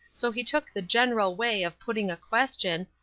so he took the general way of putting a question,